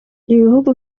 ibihugu